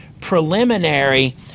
preliminary